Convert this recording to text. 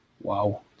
Wow